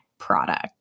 product